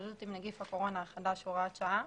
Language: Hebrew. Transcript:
להתמודדות עם נגיף הקורונה החדש (הוראת שעה),